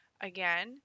again